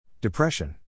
Depression